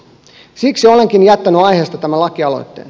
siksi olenkin jättänyt aiheesta tämän lakialoitteen